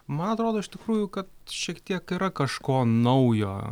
man atrodo iš tikrųjų kad šiek tiek yra kažko naujo